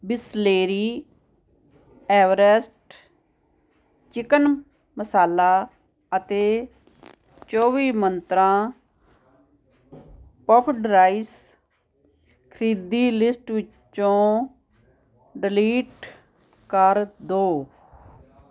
Bisleri Everest chicken masala ਅਤੇ ਚੌਵੀ ਮੰਤਰਾਂ ਪਫਡ ਰਾਈਸ ਖਰੀਦੀ ਲਿਸਟ ਵਿੱਚੋਂ ਡਿਲੀਟ ਕਰ ਦਿਉ